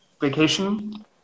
vacation